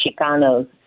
Chicanos